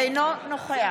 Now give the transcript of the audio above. אינו נוכח.